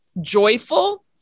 joyful